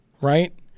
right